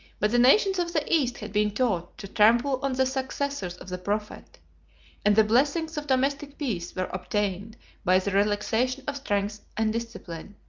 but the nations of the east had been taught to trample on the successors of the prophet and the blessings of domestic peace were obtained by the relaxation of strength and discipline.